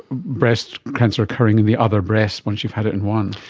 breast cancer occurring in the other breast once you've had it in one.